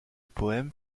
poème